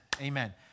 Amen